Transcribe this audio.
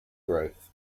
growth